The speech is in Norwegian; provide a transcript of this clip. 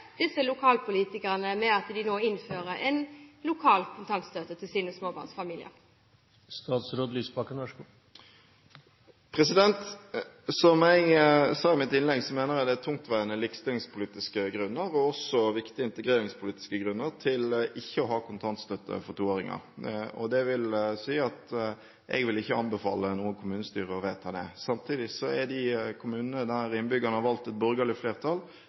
disse lokalpolitikerne i at de nå innfører en lokal kontantstøtte til sine småbarnsfamilier. Som jeg sa i mitt innlegg, mener jeg det er tungtveiende likestillingspolitiske grunner, og også viktige integreringspolitiske grunner, til ikke å ha kontantstøtte for toåringer. Det vil si at jeg vil ikke anbefale noe kommunestyre å vedta det. Samtidig er de kommunene der innbyggerne har valgt borgerlig,